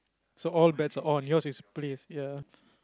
so all bets are on yours is place ya